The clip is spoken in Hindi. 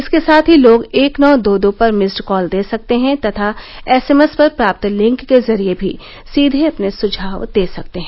इसके साथ ही लोग एक नौ दो दो पर मिस्ड कॉल दे सकते हैं तथा एस एमएस पर प्राप्त लिंक के जरिए भी सीधे अपने सुझाव दे सकते हैं